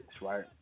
Right